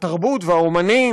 התרבות והאמנים,